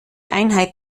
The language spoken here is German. einheit